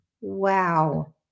Wow